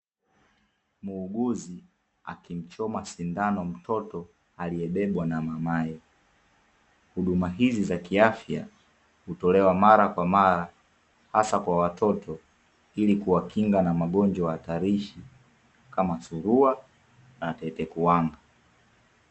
Muuguzi akimchoma sindano mtoto aliyebebwa na mamae, huduma hizi za kiafya hutolewa mara kwa mara, hasa kwa watoto, ili kuwakinga na magonjwa hatarishi kama surua na tete kuwanga.